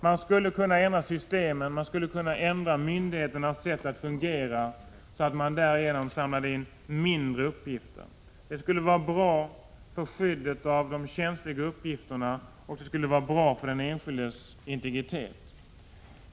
Man skulle kunna ändra systemen, man skulle kunna ändra myndigheternas sätt att fungera, så att man samlade in färre uppgifter. Det skulle vara bra för skyddet av de känsliga uppgifterna, och det skulle vara bra för den enskildes integritet.